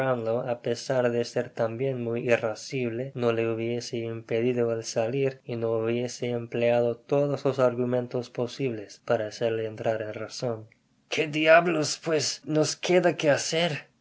á pesar de ser tambien muy irrascible no le hubiese impedido el salir y no hubiese empleado todos los argumentos posibles para hacerle entraren razon qué diablos pues nos queda que hacer